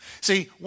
See